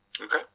Okay